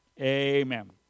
Amen